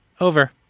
Over